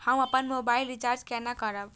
हम अपन mobile recharge केना करब?